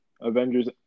Avengers